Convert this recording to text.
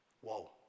Whoa